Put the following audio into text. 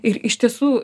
ir iš tiesų